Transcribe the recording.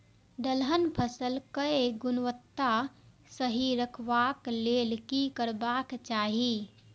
दलहन फसल केय गुणवत्ता सही रखवाक लेल की करबाक चाहि?